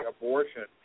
abortion